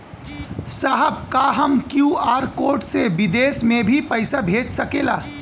साहब का हम क्यू.आर कोड से बिदेश में भी पैसा भेज सकेला?